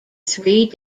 three